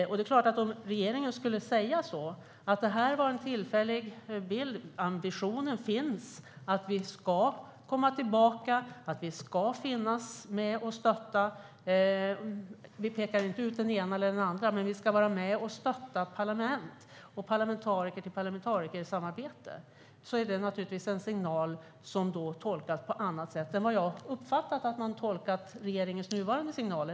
Om regeringen skulle säga att detta var en tillfällig situation men att ambitionen finns att vi ska komma tillbaka och att vi ska finnas med och stötta - vi pekar inte ut den ena eller den andra - parlament och parlamentariker-till-parlamentariker-samarbete, är det naturligtvis en signal som tolkas på annat sätt än jag har uppfattat att man har tolkat regeringens nuvarande signaler.